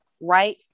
right